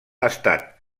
estat